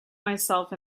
myself